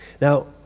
Now